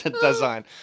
design